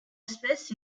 espèce